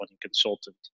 consultant